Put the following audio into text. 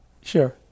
Sure